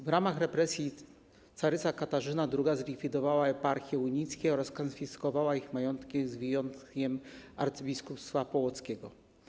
W ramach represji caryca Katarzyna II zlikwidowała eparchie unickie oraz skonfiskowała ich majątek z wyjątkiem arcybiskupstwa połockiego.